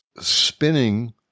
spinning